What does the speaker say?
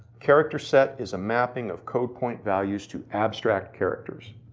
character set is a mapping of code point values to abstract characters.